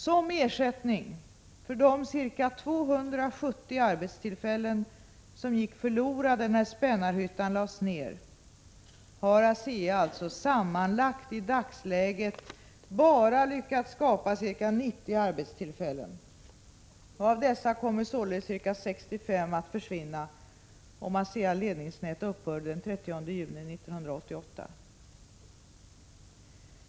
Som ersättning för de ca 270 arbetstillfällen som gick förlorade när Spännarhyttan lades ned, har ASEA alltså sammanlagt i dagsläget bara 49 lyckats skapa ca 90 arbetstillfällen. Av dessa kommer således ca 65 att försvinna om ASEA-Ledningsnät upphör den 30 juni 1988.